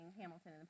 Hamilton